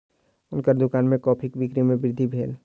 हुनकर दुकान में कॉफ़ीक बिक्री में वृद्धि भेल